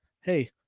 hey